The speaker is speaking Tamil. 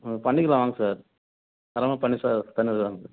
ம் பண்ணிக்கலாம் வாங்க சார் தாராளமாக பண்ணி சார் பண்ணி தரேன் இங்கே